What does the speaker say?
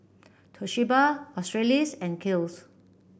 Toshiba Australis and Kiehl's